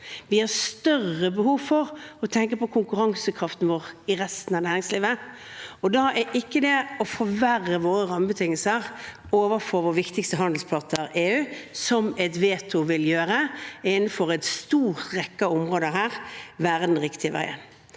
Vi har større behov for å tenke på konkurransekraften vår i resten av næringslivet, og da vil ikke det å forverre våre rammebetingelser overfor vår viktigste handelspartner, EU – som et veto vil gjøre innenfor en stor rekke av områder – være den riktige veien.